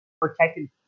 protected